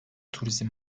turizm